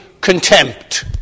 contempt